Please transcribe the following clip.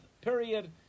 period